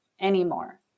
anymore